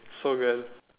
so good